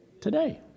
Today